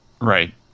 Right